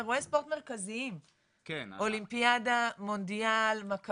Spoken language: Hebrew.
אירוע ספורט מרכזיים אולימפיאדה, מונדיאל, מכבייה,